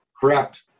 Correct